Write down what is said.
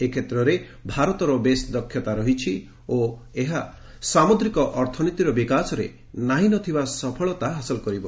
ଏ କ୍ଷେତ୍ରେ ଭାରତର ବେଶ୍ ଦକ୍ଷତା ରହିଛି ଓ ଏହା ସାମୁଦ୍ରିକ ଅର୍ଥନୀତିର ବିକାଶରେ ନାହିଁ ନ ଥିବା ସଫଳତା ହାସଲ କରିବ